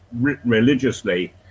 religiously